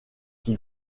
qui